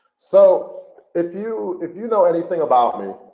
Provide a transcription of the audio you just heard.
so if you if you know anything about me,